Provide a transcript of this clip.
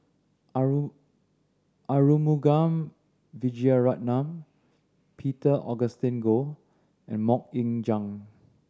Arumugam Vijiaratnam Peter Augustine Goh and Mok Ying Jang